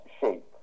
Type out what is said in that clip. shape